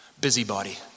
Busybody